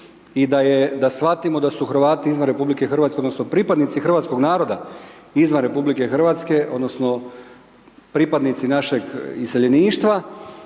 i da shvatimo da su Hrvati izvan RH, odnosno pripadnici hrvatskog naroda izvan RH, odnosno pripadnici našeg iseljeništva